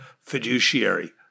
fiduciary